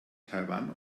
taiwan